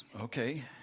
okay